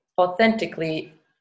authentically